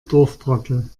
dorftrottel